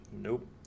Nope